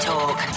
Talk